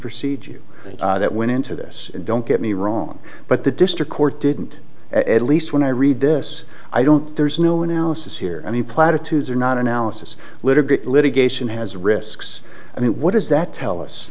procedure that went into this don't get me wrong but the district court didn't at least when i read this i don't there's no analysis here i mean platitudes are not analysis little litigation has risks i mean what does that tell us